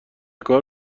کار